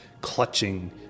clutching